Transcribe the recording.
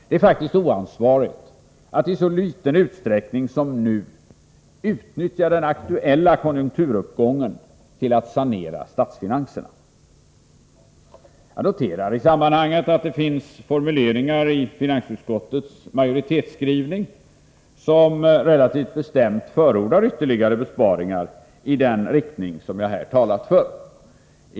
Det är faktiskt oansvarigt att i så liten utsträckning som nu utnyttja den aktuella konjunkturuppgången till att sanera statsfinanserna. Jag noterar i sammanhanget att det finns formuleringar i finansutskottets majoritetsskrivning som relativt bestämt förordar ytterligare besparingar i den riktning som jag här talat för.